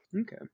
Okay